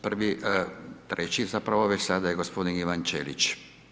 Prvi, treći zapravo već sada je gospodin Ivan Ćelić.